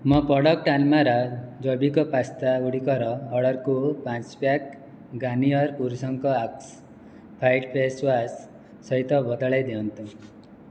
ମୋ ପ୍ରଡ଼କ୍ଟ ଆନମାରା ଜୈବିକ ପାସ୍ତା ଗୁଡ଼ିକର ଅର୍ଡ଼ର୍କୁ ପାଞ୍ଚ ପ୍ୟାକ୍ ଗାର୍ନିଅର ପୁରୁଷଙ୍କର ଆକ୍ସ ଫାଇଟ୍ ଫେସ୍ ୱାସ୍ ସହିତ ବଦଳାଇ ଦିଅନ୍ତୁ